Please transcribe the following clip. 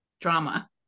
Drama